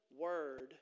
word